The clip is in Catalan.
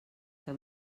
que